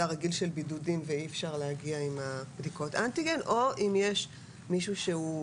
הרגיל של בידוד ואי אפשר להגיע עם בדיקות אנטיגן או אם יש מישהו עם